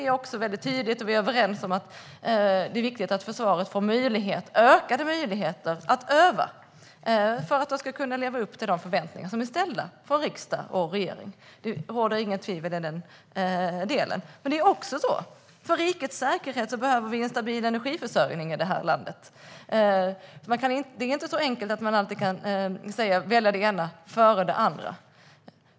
Vi är också tydligt överens om att det är viktigt att försvaret får ökade möjligheter att öva för att kunna leva upp till de förväntningar som ställs av riksdag och regering. Där råder inget tvivel. Men det är också så att vi för rikets säkerhet behöver en stabil energiförsörjning. Det är inte så enkelt att man alltid kan välja det ena före det andra.